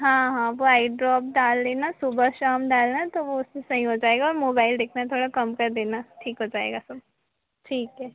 हाँ हाँ वह आई ड्रॉप डाल लेना सुबह शाम डालना तो वह उससे सही हो जाएगा और मोबाइल देखना थोड़ा कम कर देना ठीक हो जाएगा सब ठीक है